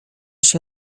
się